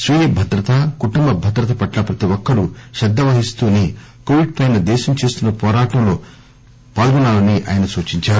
స్వీయ భద్రత కుటుంబ భద్రత పట్ల ప్రతి ఒక్కరూ శ్రద్ద వహిస్తూనే కోవిడ్ పై దేశం చేస్తున్న పోరాటంలో ప్రజలు పాల్గొనాలని ఆయన సూచించారు